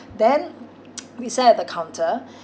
then we sat at the counter